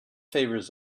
favours